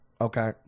Okay